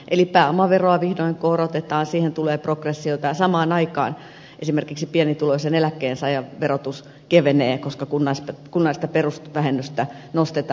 eli pääomaveroa vihdoin korotetaan siihen tulee progressiota ja samaan aikaan esimerkiksi pienituloisen eläkkeensaajan verotus kevenee koska kunnallista perusvähennystä nostetaan